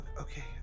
Okay